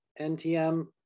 NTM